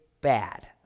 bad